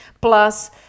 plus